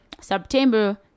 September